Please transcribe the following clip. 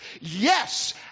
Yes